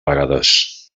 vegades